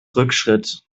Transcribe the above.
rückschritt